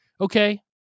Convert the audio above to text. okay